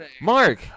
Mark